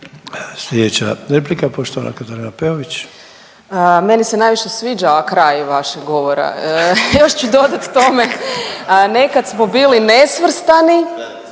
Katarina Peović. **Peović, Katarina (RF)** Meni se najviše sviđa kraj vašeg govora, još ću dodat tome, nekad smo bili nesvrstani,